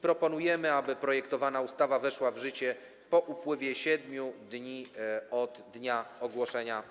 Proponujemy, aby projektowana ustawa weszła w życie po upływie 7 dni od dnia ogłoszenia.